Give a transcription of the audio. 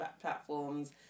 platforms